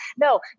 no